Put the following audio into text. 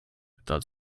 without